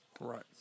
Right